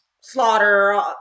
Slaughter